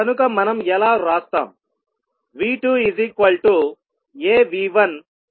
కనుక మనం ఎలా వ్రాస్తాం